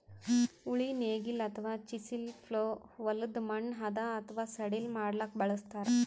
ಉಳಿ ನೇಗಿಲ್ ಅಥವಾ ಚಿಸೆಲ್ ಪ್ಲೊ ಹೊಲದ್ದ್ ಮಣ್ಣ್ ಹದಾ ಅಥವಾ ಸಡಿಲ್ ಮಾಡ್ಲಕ್ಕ್ ಬಳಸ್ತಾರ್